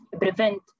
prevent